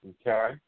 Okay